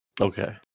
Okay